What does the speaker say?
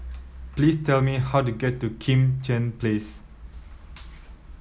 please tell me how to get to Kim Tian Place